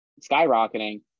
skyrocketing